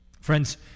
Friends